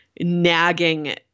nagging